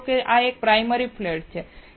માની લો આ એક પ્રાથમિક ફ્લેટ છે